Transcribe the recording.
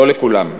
לא לכולם.